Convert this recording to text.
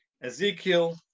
Ezekiel